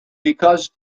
because